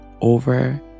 over